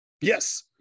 yes